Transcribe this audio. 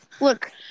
Look